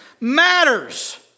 matters